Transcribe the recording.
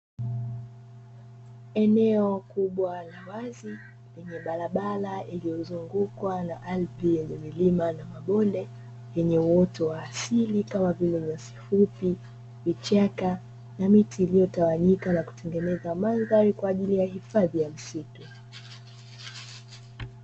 Eneo kubwa la wazi lenye barabara iliyozungukwa na ardhi yenye milima na mabonde yenye uoto wa asili Kama vile nyasi fupi, vichaka na miti iliyotawanyika na kutengeneza mandhari kwa ajili ya hifadhi ya msitu.